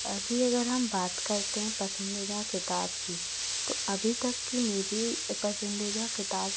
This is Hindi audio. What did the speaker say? अजी अगर हम बात करते हैं पसंदीदा किताब की तो अभी तक की मेरी पसंदीदा किताब